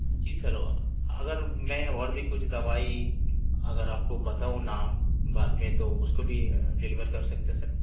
جی sir اگر میں اور بھی کچھ دوائی اگر آپ کو بتاؤں نام بعد میں تو اس کو بھی ڈلیور کر سکتے ہیں سر